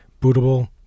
bootable